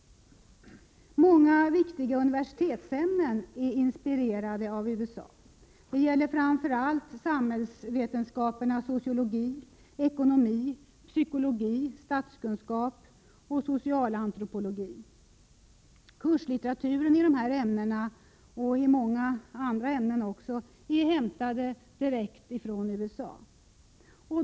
Många viktiga universitetsämnen är inspirerade av USA. Det gäller framför allt samhällsvetenskaperna sociologi, ekonomi, psykologi, statskunskap och socialantropologi. Kurslitteraturen i dessa ämnen, och i många andra ämnen, är hämtad direkt från USA.